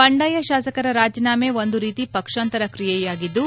ಬಂಡಾಯ ಶಾಸಕರ ರಾಜೀನಾಮೆ ಒಂದು ರೀತಿ ಪಕ್ಷಾಂತರ ಕ್ರಿಯೆಯಾಗಿದ್ದು